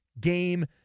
Game